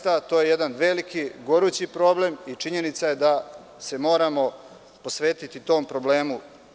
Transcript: To je jedan veliki, gorući problem i činjenica je da se moramo posvetiti tom problemu.